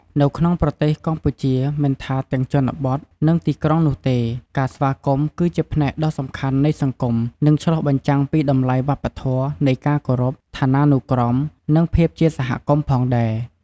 នៅក្នុងប្រទេសកម្ពុជាមិនថាទាំងជនបទ និងទីក្រុងនោះទេ ការស្វាគមន៍គឺជាផ្នែកដ៏សំខាន់នៃសង្គម និងឆ្លុះបញ្ចាំងពីតម្លៃវប្បធម៌នៃការគោរព ឋានានុក្រម និងភាពជាសហគមន៍ផងដែរ។